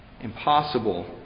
Impossible